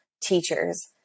teachers